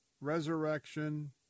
resurrection